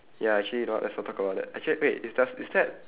ya actually you know what let's not talk about that actually wait is does is that